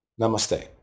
Namaste